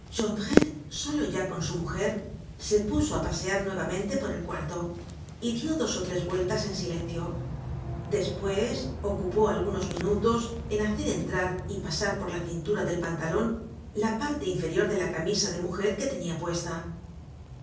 solo ya con su mujer se puso á pasear nuevamente por el cuarto y dió dos ó tres vueltas en silencio despues ocupó algunos minutos en hacer entrar y pasar por la cintura del pantalon la parte inferior de la camisa de mujer que tenia puesta